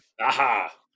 Aha